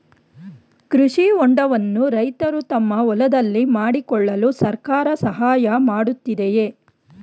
ಕೃಷಿ ಹೊಂಡವನ್ನು ರೈತರು ತಮ್ಮ ಹೊಲದಲ್ಲಿ ಮಾಡಿಕೊಳ್ಳಲು ಸರ್ಕಾರ ಸಹಾಯ ಮಾಡುತ್ತಿದೆಯೇ?